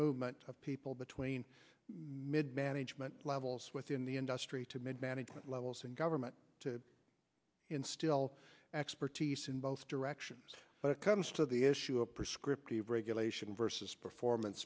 movement of people between mid management levels within the industry to mid management levels and government to instil expertise in both directions but it comes to the issue of prescriptive regulation versus performance